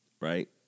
right